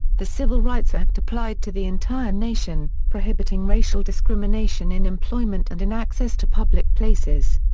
the civil rights act applied to the entire nation, prohibiting racial discrimination in employment and in access to public places.